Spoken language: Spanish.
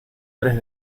tres